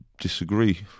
disagree